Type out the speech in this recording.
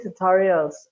tutorials